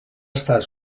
estat